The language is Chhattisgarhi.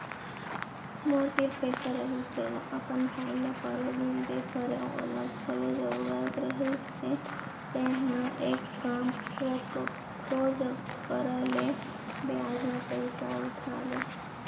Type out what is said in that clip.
मोर तीर पइसा रहिस तेला अपन भाई ल परोदिन दे परेव ओला घलौ जरूरत रहिस हे तेंहा एक काम कर कखरो करा ले बियाज म पइसा उठा ले